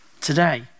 today